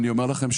אני אומר לכם,